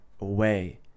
away